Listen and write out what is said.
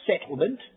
settlement